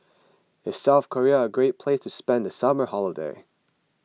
is South Korea a great place to spend the summer holiday